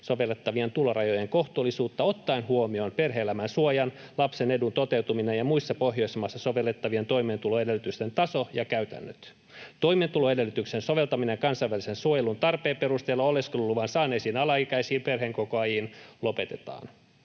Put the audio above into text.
sovellettavien tulorajojen kohtuullisuutta ottaen huomioon perhe-elämän suoja, lapsen edun toteutuminen ja muissa Pohjoismaissa sovellettavien toimeentuloedellytysten taso ja käytännöt. Toimeentuloedellytyksen soveltaminen kansainvälisen suojelun tarpeen perusteella oleskeluluvan saaneisiin alaikäisiin perheenkokoajiin lopetetaan.”